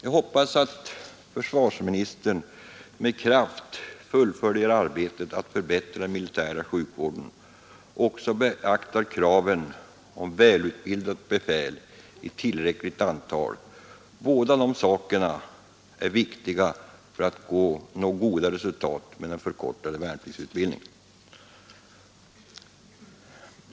Jag hoppas att försvarsministern med kraft fullföljer arbetet med att förbättra den militära sjukvården och också beaktar kraven på välutbildat befäl i tillräckligt antal. Båda dessa saker är viktiga för att nå goda resultat med den förkortade värnpliktsutbildningen.